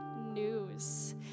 news